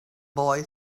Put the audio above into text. boy